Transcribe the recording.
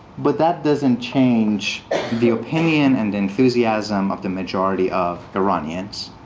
but that doesn't change the opinion and the enthusiasm of the majority of iranians,